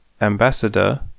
ambassador